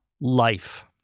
life